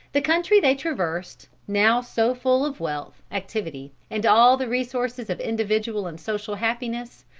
the country they traversed, now so full of wealth, activity, and all the resources of individual and social happiness,